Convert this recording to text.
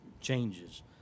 changes